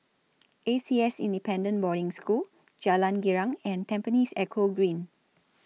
A C S Independent Boarding School Jalan Girang and Tampines Eco Green